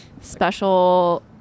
special